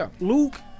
Luke